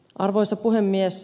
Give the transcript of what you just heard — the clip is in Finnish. arvoisa puhemies